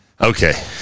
Okay